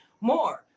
more